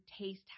taste